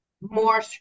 more